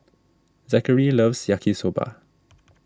Zachery loves Yaki Soba